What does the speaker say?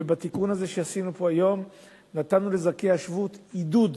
ובתיקון הזה שעשינו פה היום נתנו לזכאי השבות עידוד